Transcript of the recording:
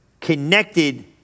connected